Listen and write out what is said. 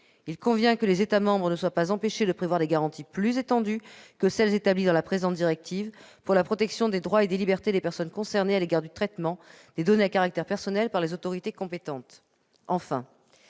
Il convient que les États membres ne soient pas empêchés de prévoir des garanties plus étendues que celles établies dans la présente directive pour la protection des droits et des libertés des personnes concernées à l'égard du traitement des données à caractère personnel par les autorités compétentes.